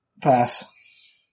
Pass